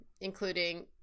Including